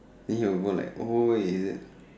then he will go like orh is it